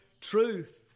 truth